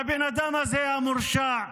והבן אדם הזה, המורשע,